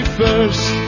first